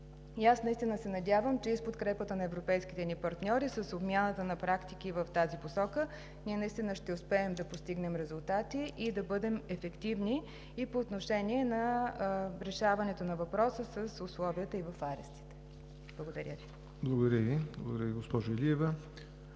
Аз наистина се надявам, че с подкрепата на европейските ни партньори и с обмяната на практики в тази посока ние наистина ще успеем да постигнем резултати и да бъдем ефективни и по отношение на решаването на въпроса с условията и в арестите. Благодаря Ви. ПРЕДСЕДАТЕЛ ЯВОР НОТЕВ: